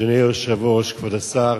אדוני היושב-ראש, כבוד השר,